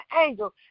angel